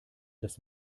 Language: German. das